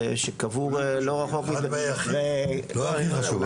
שקבור לא רחוק --- לא הכי חשוב,